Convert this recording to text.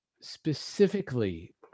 specifically